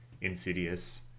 insidious